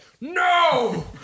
No